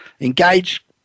engage